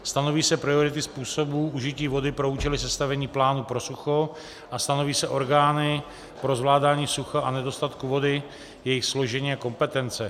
Stanoví se priority způsobu užití vody pro účely sestavení plánu pro sucho a stanoví se orgány pro zvládání sucha a nedostatku vody, jejich složení a kompetence.